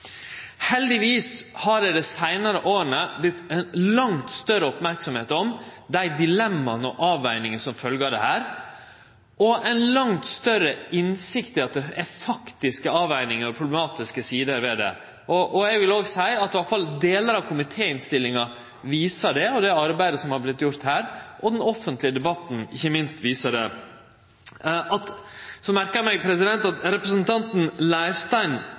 Heldigvis har ein dei seinare åra vorte langt meir merksam på dei dilemmaa og avvegingane som følgjer av dette, og ein har fått ei langt større innsikt i at det faktisk er avvegingar og problematiske sider ved det. Delar av komitéinnstillinga viser det. Det arbeidet som har vorte gjort her, og den offentlege debatten viser det. Eg merkar meg at representanten